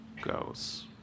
goes